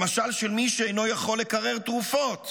למשל של מי שאינו יכול לקרר תרופות,